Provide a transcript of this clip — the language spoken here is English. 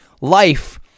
life